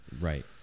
Right